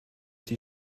die